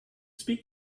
speak